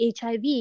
hiv